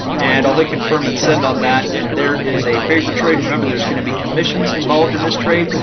and i'll hit confirm and send on that. and there is a paper trade. remember there's going to be commissions involved in this trade.